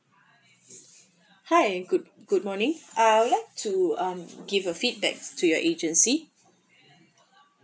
hi good good morning I would like to um give a feedback to your agency